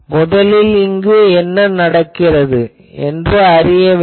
முதலில் இது எங்கு நடக்கிறது என்று அறிய வேண்டும்